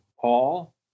Paul